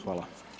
Hvala.